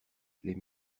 les